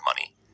money